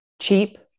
cheap